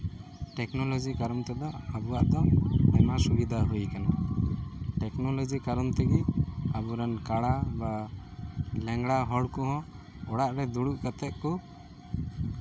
technology ᱠᱟᱨᱚᱱ ᱛᱮᱫᱚ ᱟᱵᱚᱣᱟᱜ ᱫᱚ ᱟᱭᱢᱟ ᱥᱩᱵᱤᱫᱷᱟ ᱦᱩᱭ ᱟᱠᱟᱱᱟ ᱴᱮᱠᱱᱳᱞᱚᱡᱤ ᱠᱟᱨᱚᱱ ᱛᱮᱜᱮ ᱟᱵᱚᱨᱮᱱ ᱠᱟᱬᱟ ᱵᱟ ᱞᱮᱝᱲᱟ ᱦᱚᱲ ᱠᱚᱦᱚᱸ ᱚᱲᱟᱜ ᱨᱮ ᱫᱩᱲᱩᱵ ᱠᱟᱛᱮᱫ ᱠᱚ